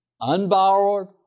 unborrowed